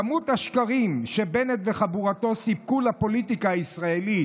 כמות השקרים שבנט וחבורתו סיפקו לפוליטיקה הישראלית